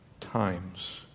times